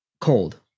cold